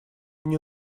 они